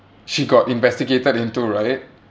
she got investigated into right